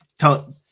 Tell